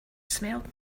smelled